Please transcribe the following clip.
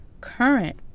current